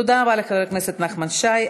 תודה רבה לחבר הכנסת נחמן שי.